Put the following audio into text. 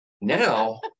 Now